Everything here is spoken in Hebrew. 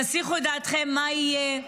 תסיחו את דעתכם ממה יהיה,